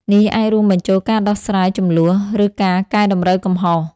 នេះអាចរួមបញ្ចូលការដោះស្រាយជម្លោះ ឬការកែតម្រូវកំហុស។